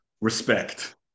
respect